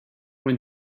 when